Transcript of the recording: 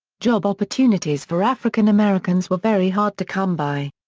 job opportunities for african americans were very hard to come by.